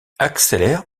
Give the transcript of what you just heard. accélère